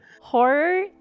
Horror